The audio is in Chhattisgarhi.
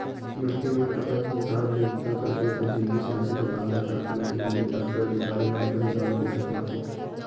मनखे मन अपन हिसाब ले बूता करके अपन जिनगी चलाथे दुकानदार, कारखाना के मालिक, डॉक्टर, बेपारी मन अपन हिसाब ले पइसा कमाथे